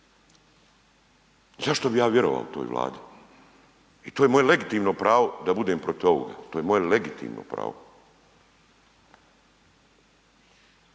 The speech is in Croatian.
zašto bi ja vjerovao toj Vladi i to je moje legitimno pravo da budem protiv ovog, to je moje legitimno pravo.